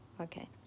Okay